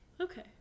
Okay